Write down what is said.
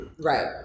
Right